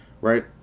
right